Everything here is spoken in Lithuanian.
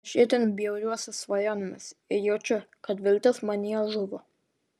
aš itin bjauriuosi svajonėmis ir jaučiu kad viltis manyje žuvo